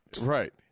right